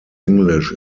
english